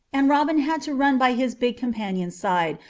and robin had to run by his big companion's side,